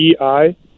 EI